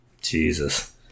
Jesus